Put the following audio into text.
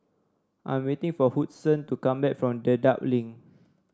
I am waiting for Woodson to come back from Dedap Link